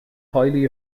highly